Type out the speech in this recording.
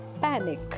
panic